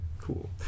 Cool